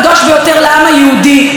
שאליו התפללו אלפיים שנה,